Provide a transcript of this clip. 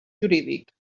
jurídic